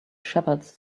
shepherds